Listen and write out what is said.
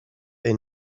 they